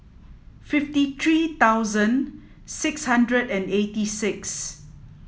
fifty three thousand six hundred and eighty six